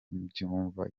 mbyumva